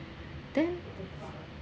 then